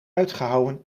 uitgehouwen